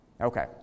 Okay